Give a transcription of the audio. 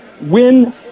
win